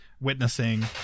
witnessing